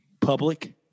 public